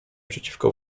przeciwko